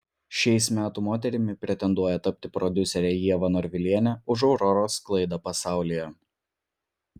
šiais metų moterimi pretenduoja tapti prodiuserė ieva norvilienė už auroros sklaidą pasaulyje